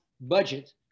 budget